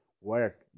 Work